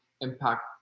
impact